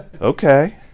Okay